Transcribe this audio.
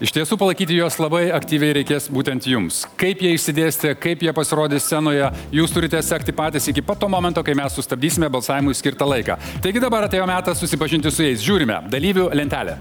iš tiesų palaikyti juos labai aktyviai reikės būtent jums kaip jie išsidėstę kaip jie pasirodys scenoje jūs turite sekti patys iki pat to momento kai mes sustabdysime balsavimui skirtą laiką taigi dabar atėjo metas susipažinti su jais žiūrime dalyvių lentelė